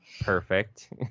perfect